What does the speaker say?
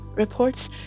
Reports